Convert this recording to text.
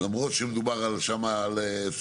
מה שראינו זו עליה מאוד משמעותית בריבית.